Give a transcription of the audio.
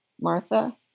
Martha